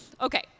Okay